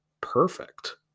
perfect